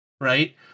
Right